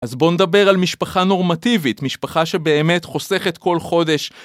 אז בוא נדבר על משפחה נורמטיבית, משפחה שבאמת חוסכת כל חודש...